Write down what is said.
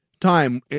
time